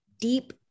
deep